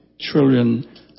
trillion